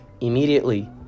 immediately